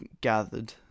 gathered